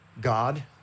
God